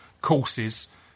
courses